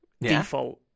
Default